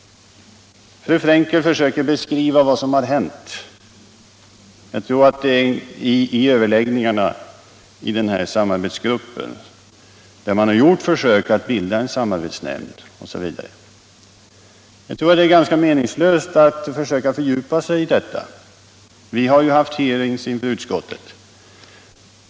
Fru Frenkel försöker beskriva vad som har hänt i överläggningarna i arbetsgruppen, där man gjort försök att bilda en samarbetsnämnd. Jag tror att det är meningslöst att fördjupa sig i detta. Vi har haft hearings inför utskottet.